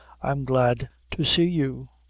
i'm glad to see you.